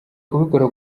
kubikora